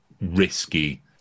risky